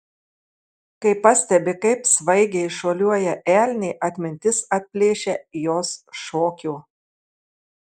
kai pastebi kaip svaigiai šuoliuoja elnė atmintis atplėšia jos šokio